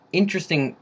interesting